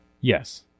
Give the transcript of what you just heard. Yes